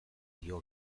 dio